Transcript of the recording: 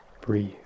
Breathe